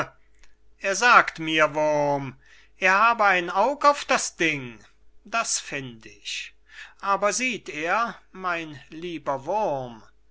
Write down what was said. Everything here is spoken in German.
er sagt mir wurm er habe ein aug auf das ding das find ich aber sieht er mein lieber wurm daß